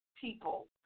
people